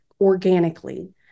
organically